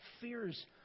fears